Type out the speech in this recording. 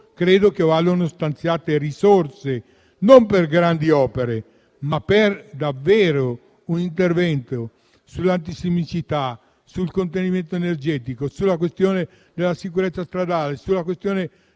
credo che vadano stanziate risorse non per grandi opere, ma per un intervento sull'antisismicità, sul contenimento energetico, sulla questione della sicurezza stradale e dei